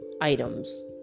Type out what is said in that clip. items